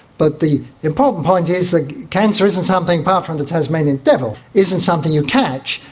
but the important point is that cancer isn't something, apart from the tasmanian devil, isn't something you catch,